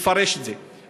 אני אפרש את זה,